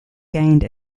gained